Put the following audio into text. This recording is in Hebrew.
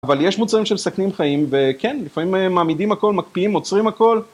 אבל יש מוצרים שמסכנים חיים, וכן, לפעמים מעמידים הכל, מקפיאים, עוצרים הכל.